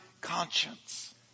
conscience